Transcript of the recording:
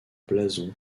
blason